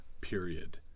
period